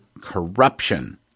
corruption